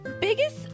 Biggest